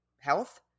health